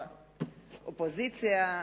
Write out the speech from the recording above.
האופוזיציה,